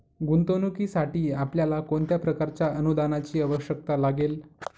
गुंतवणुकीसाठी आपल्याला कोणत्या प्रकारच्या अनुदानाची आवश्यकता लागेल?